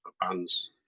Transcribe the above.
bands